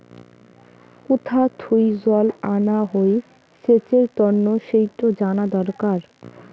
কুথা থুই জল আনা হই সেচের তন্ন সেইটো জানা দরকার